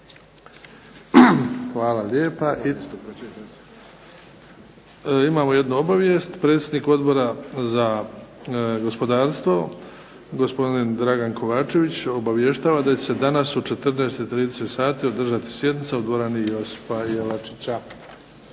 Hvala lijepa. Imamo jednu obavijest. Predsjednik Odbora za gospodarstvo, gospodin Dragan Kovačević, obavještava da će se danas u 14,30 sati održati sjednica u dvorani "Josipa Jelačića".